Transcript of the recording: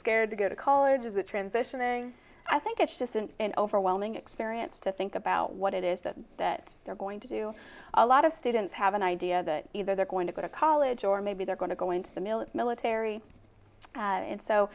scared to go to college is it transitioning i think it's just an overwhelming experience to think about what it is that that they're going to do a lot of students have an idea that either they're going to go to college or maybe they're going to go into the military and so